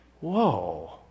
whoa